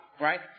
right